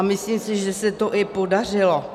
Myslím, že se to i podařilo.